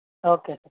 okay